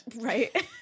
Right